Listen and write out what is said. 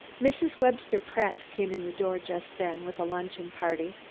mrs. webster pratt came in the door just then, with a luncheon party,